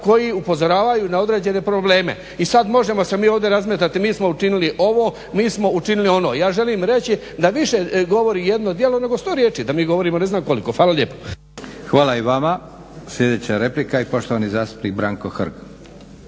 koji upozoravaju na određene probleme. I sada možemo se mi ovdje razmetati mi smo učinili ovo mi smo učinili ono, ja želim reći da više govori jedno djelo nego 100 riječi, da mi govorimo ne znam koliko. Hvala lijepo. **Leko, Josip (SDP)** Hvala i vama. Sljedeća replika i poštovani zastupnik Branko Hrg.